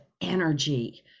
energy